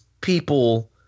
people